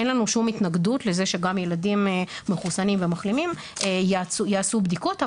אין לנו שום התנגדות לזה שגם ילדים מחוסנים ומחלימים יעשו בדיקות,